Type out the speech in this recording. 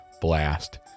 blast